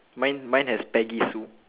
mine mine has peggy sue